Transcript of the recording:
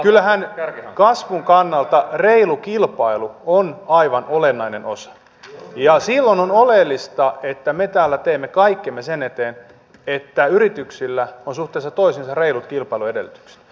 kyllähän kasvun kannalta reilu kilpailu on aivan olennainen osa ja silloin on oleellista että me täällä teemme kaikkemme sen eteen että yrityksillä on suhteessa toisiinsa reilut kilpailuedellytykset